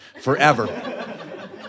forever